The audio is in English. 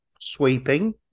sweeping